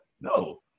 no